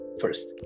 first